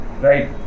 Right